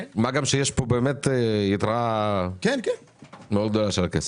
מה גם שיש פה באמת יתרה של הכסף.